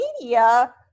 media